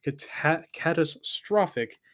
catastrophic